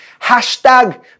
Hashtag